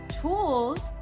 tools